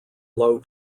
low